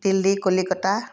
Delhi Kolkata